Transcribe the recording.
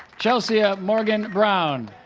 chelsea ah morganne brown